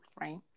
right